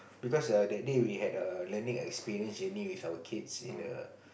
because err that day we had a learning experience journey with our kids in the